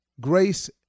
grace